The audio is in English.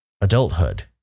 adulthood